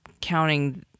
counting